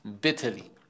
bitterly